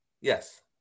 Yes